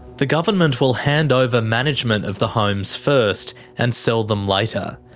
the government will hand over management of the homes first, and sell them later.